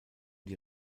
die